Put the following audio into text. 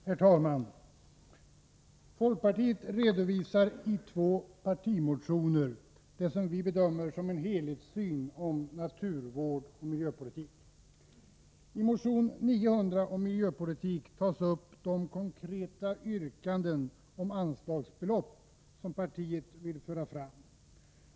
Herr talman! Folkpartiet redovisar i två partimotioner det som vi bedömer vara en helhetssyn på naturvård och miljöpolitik. I motion 900 om miljöpolitik tas upp de konkreta yrkanden om anslagsbelopp som partiet vill föra fram.